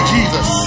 Jesus